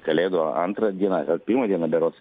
kalėdų antrą dieną ar pirmą dieną berods